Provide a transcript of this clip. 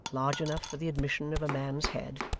large enough for the admission of a man's head,